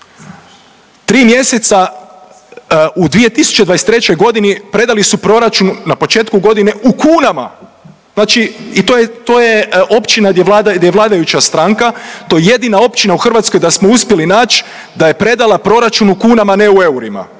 3 mjeseca, u 2023.g. predali su proračun na početku godine u kunama, znači i to je, to je općina gdje je vlada…, gdje je vladajuća stranka, to je jedina općina u Hrvatskoj da smo uspjeli nać da je predala proračun u kunama, a ne u eurima,